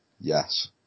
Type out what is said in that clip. yes